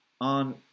on